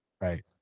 right